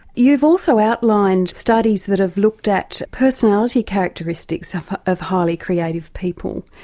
you've also outlined studies that have looked at personality characteristics of of highly creative people.